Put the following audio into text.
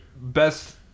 best